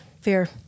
fear